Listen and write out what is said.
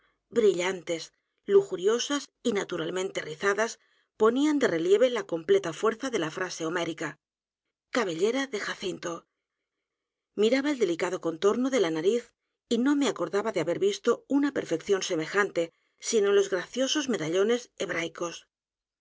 brillantes lujuriosas y naturalmente rizadas ponían de relieve la completa fuerza de la frase homérica cabellera de jacinto miraba el delicado contorno de la nariz y no me acordaba de haber visto una perfección semejante sino en los graciosos medallones hebraicos